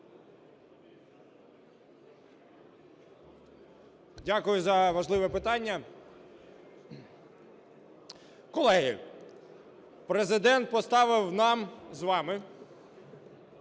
Дякую за важливе питання. Колеги, Президент поставив нам з вами